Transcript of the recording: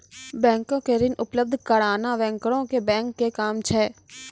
बैंको के ऋण उपलब्ध कराना बैंकरो के बैंक के काम छै